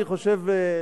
אני חושב,